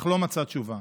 אך לא מצא תשובה.